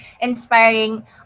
inspiring